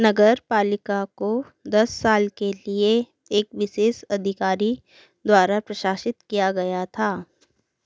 नगरपालिका को दस साल के लिए एक विशेष अधिकारी द्वारा प्रशासित किया गया था